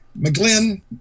McGlynn